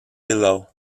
below